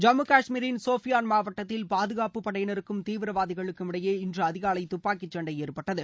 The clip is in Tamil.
ஜம்மு காஷ்மீரின் சோஃபியான் மாவட்டத்தில் பாதுகாப்பு படையினருக்கும் தீவிரவாதிகளுக்கும் இடையே இன்று அதிகாலை துப்பாக்கிச் சண்டை ஏற்பட்டது